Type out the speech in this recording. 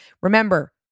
Remember